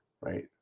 right